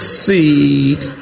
seat